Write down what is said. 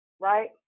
right